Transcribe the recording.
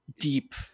deep